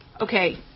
Okay